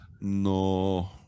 No